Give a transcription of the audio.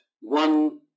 one